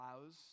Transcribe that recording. allows